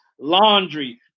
Laundry